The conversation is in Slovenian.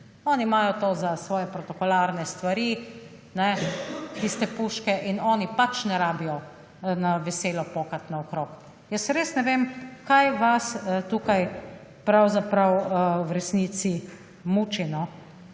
oni imajo to za svoje protokolarne stvari tiste puške in oni ne rabijo veselo pokati naokrog. Jaz res ne vem kaj vas tukaj v resnici muči.